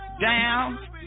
down